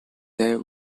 their